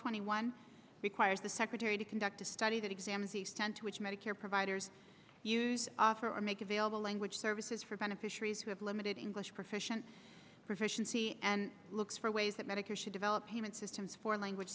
twenty one requires the secretary to conduct a study that examines the extent to which medicare providers use offer or make available language services for beneficiaries who have limited english proficient proficiency and looks for ways that medicare should develop payment systems for language